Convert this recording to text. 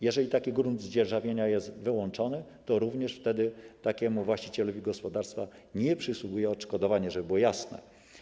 Jeżeli taki grunt z dzierżawienia jest wyłączony, to również wtedy takiemu właścicielowi gospodarstwa nie przysługuje odszkodowanie, żeby to było jasne.